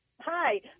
Hi